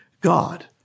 God